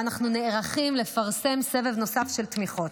ואנחנו נערכים לפרסם סבב נוסף של תמיכות.